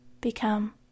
become